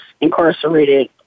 incarcerated